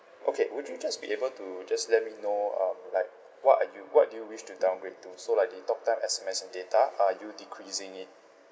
okay would you just be able to just let me know um like what are you what do you wish to downgrade to so like the talk time S_M_S and data are you decreasing it